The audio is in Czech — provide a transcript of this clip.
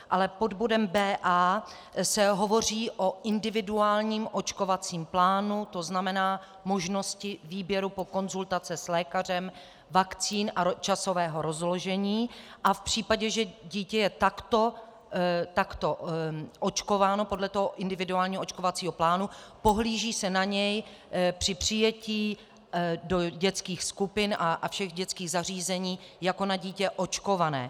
Ale pod bodem B.A se hovoří o individuálním očkovacím plánu, to znamená o možnosti výběru po konzultaci s lékařem vakcín a časového rozložení a v případě, že dítě je takto očkováno podle toho individuálního očkovacího plánu, pohlíží se na něj při přijetí do dětských skupin a všech dětských zařízení jako na dítě očkované.